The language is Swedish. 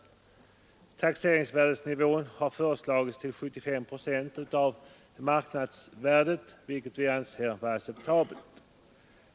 Taxeringsvärdenivån har föreslagits till 75 procent av marknadsvärdet, vilket vi anser vara acceptabelt.